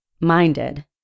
Minded